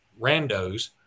randos